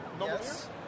Yes